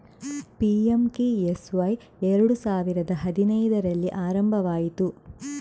PMKSY ಎರಡು ಸಾವಿರದ ಹದಿನೈದರಲ್ಲಿ ಆರಂಭವಾಯಿತು